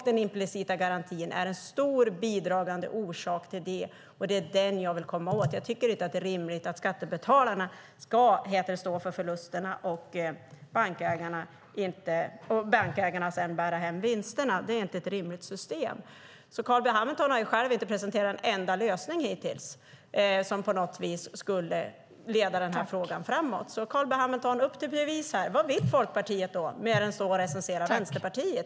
Den implicita garantin är en stor bidragande orsak till det, och det är den jag vill komma åt. Jag tycker inte att det är ett rimligt system att skattebetalarna ska stå för förlusterna och bankägarna sedan bära hem vinsterna. Carl B Hamilton har själv inte presenterat en enda lösning hittills som på något vis skulle leda den här frågan framåt. Carl B Hamilton - upp till bevis! Vad vill Folkpartiet mer än att stå och recensera Vänsterpartiet?